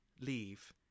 leave